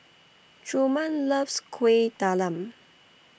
Truman loves Kuih Talam